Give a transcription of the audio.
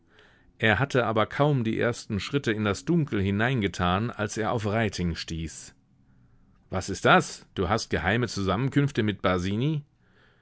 er hatte aber kaum die ersten schritte in das dunkel hineingetan als er auf reiting stieß was ist das du hast geheime zusammenkünfte mit